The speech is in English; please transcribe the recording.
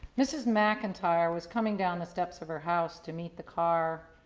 mrs. mcintyre was coming down the steps of her house to meet the car.